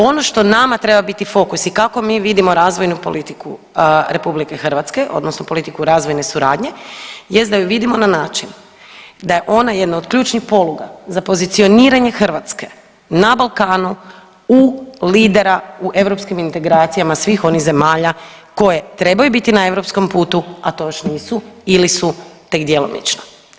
Ono što nama treba biti fokus i kako mi vidimo razvojnu politiku RH odnosno politiku razvojne suradnje jest da ju vidimo na način da je ona jedna od ključnih poluga za pozicioniranje Hrvatske na Balkanu u lidera u europskim integracijama svih onih zemalja koje trebaju biti na europskom putu, a to još nisu ili su tek djelomično.